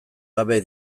gabe